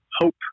hope